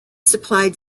supplied